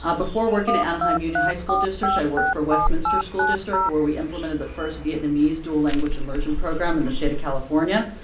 ah before working at anaheim union high school district, i worked for westminster school district where we implemented the first vietnamese dual language immersion program in the state of california.